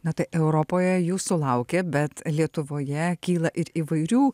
na tai europoje jūsų laukia bet lietuvoje kyla ir įvairių